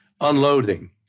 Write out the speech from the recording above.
unloading